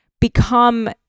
become